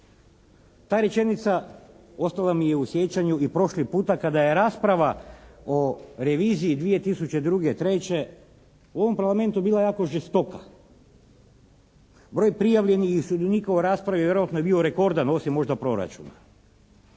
Ta rečenica ostala mi je u sjećanju i prošli puta kada je rasprava o reviziji 2002., 2003. u ovom Parlamentu bila jako žestoka. Broj prijavljenih sudionika u raspravi vjerojatno je bio rekordan osim možda proračuna.